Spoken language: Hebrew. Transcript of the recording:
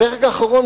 הפרק האחרון,